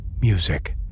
Music